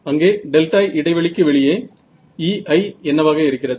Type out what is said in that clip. அங்கேடெல்டா இடைவெளிக்கு வெளியே Ei என்னவாக இருக்கிறது